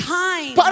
time